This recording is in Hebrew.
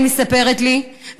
היא מספרת לי,